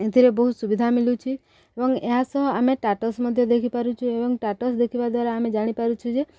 ଏଥିରେ ବହୁତ ସୁବିଧା ମିଳୁଛି ଏବଂ ଏହା ସହ ଆମେ ସ୍ଟାଟସ୍ ମଧ୍ୟ ଦେଖିପାରୁଛୁ ଏବଂ ସ୍ଟାଟସ୍ ଦେଖିବା ଦ୍ୱାରା ଆମେ ଜାଣିପାରୁଛୁ ଯେ